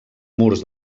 murs